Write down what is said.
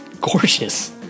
gorgeous